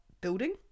building